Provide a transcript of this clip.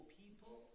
people